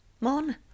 Mon